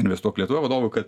investuok lietuva vadovui kad